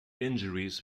injuries